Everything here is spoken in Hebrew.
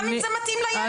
גם אם זה מתאים לילד.